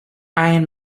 iain